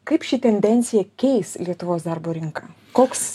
kaip ši tendencija keis lietuvos darbo rinką koks